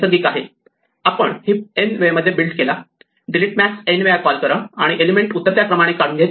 आपण heap n वेळे मध्ये बिल्ड केला डिलीट मॅक्स n वेळा कॉल करा आणि एलिमेंट उतरत्या क्रमाने काढून घेतले